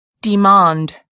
demand